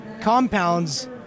compounds